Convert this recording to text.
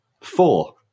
four